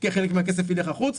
כי חלק מהכסף יילך החוצה,